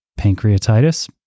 Pancreatitis